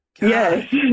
yes